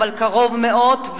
אבל קרוב מאוד.